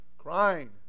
crying